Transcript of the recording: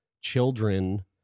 children